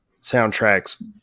soundtracks